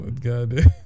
God